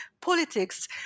politics